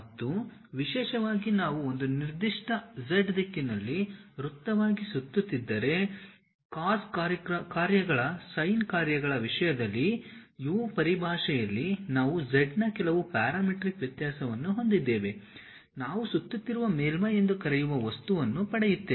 ಮತ್ತು ವಿಶೇಷವಾಗಿ ನಾವು ಒಂದು ನಿರ್ದಿಷ್ಟ z ದಿಕ್ಕಿನಲ್ಲಿ ವೃತ್ತವಾಗಿ ಸುತ್ತುತ್ತಿದ್ದರೆ cos ಕಾರ್ಯಗಳ sin ಕಾರ್ಯಗಳ ವಿಷಯದಲ್ಲಿ U ಪರಿಭಾಷೆಯಲ್ಲಿ ನಾವು z ನ ಕೆಲವು ಪ್ಯಾರಾಮೀಟ್ರಿಕ್ ವ್ಯತ್ಯಾಸವನ್ನು ಹೊಂದಿದ್ದೇವೆ ನಾವು ಸುತ್ತುತ್ತಿರುವ ಮೇಲ್ಮೈ ಎಂದು ಕರೆಯುವ ವಸ್ತುವನ್ನು ಪಡೆಯುತ್ತೇವೆ